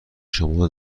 شما